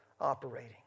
operating